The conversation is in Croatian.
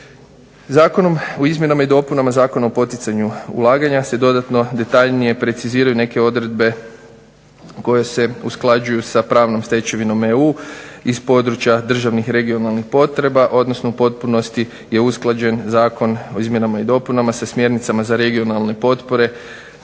Zakona o poticanju ulaganja se dodatno detaljnije preciziraju neke odredbe koje su usklađuju sa pravnom stečevinom EU iz područja državnih regionalnih potreba odnosno u potpunosti je usklađen zakon o izmjenama i dopunama sa smjernicama za regionalne potpore